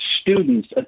students